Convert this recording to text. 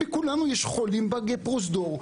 בכולנו יש חולים בפרוזדור,